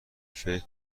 فکر